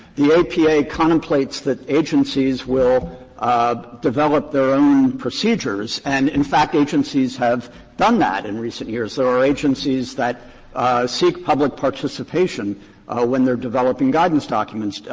the apa contemplates that agencies will develop their own procedures. and, in fact, agencies have done that in recent years. there are agencies that seek public participation participation when they're developing guidance documents,